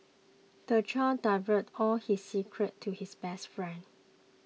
the child divulged all his secrets to his best friend